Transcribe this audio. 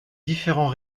différents